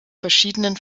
verschiedenen